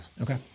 Okay